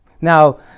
Now